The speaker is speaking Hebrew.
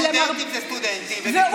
סטודנטים זה סטודנטים וביקורים זה ביקורים.